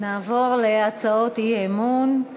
נעבור להצעות אי-אמון.